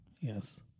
Yes